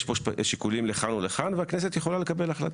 יש פה שיקולים לכאן ולכאן והכנסת יכולה לקבל החלטה.